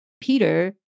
Peter